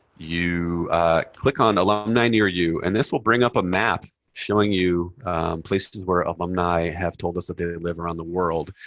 you click on alumni near you. and this will bring up a map showing you places where alumni have told us that they live around the world.